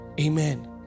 Amen